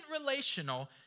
relational